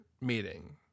meeting